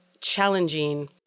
challenging